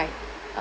side